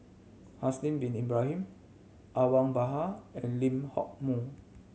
Haslir Bin Ibrahim Awang Bakar and Lee Hock Moh